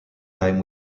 time